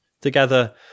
together